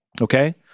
Okay